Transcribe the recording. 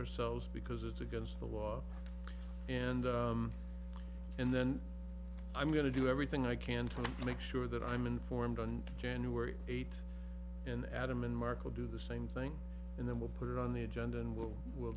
ourselves because it's against the law and and then i'm going to do everything i can to make sure that i'm informed on january eighth in adam and mark will do the same thing and then we'll put it on the agenda and we'll we'll